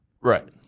Right